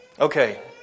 Okay